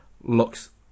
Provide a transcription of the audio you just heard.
looks